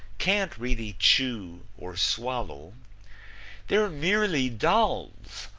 can't really chew or swallow they're merely dolls,